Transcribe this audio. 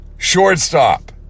Shortstop